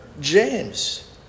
James